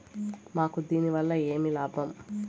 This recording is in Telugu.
మాకు దీనివల్ల ఏమి లాభం